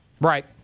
Right